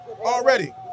Already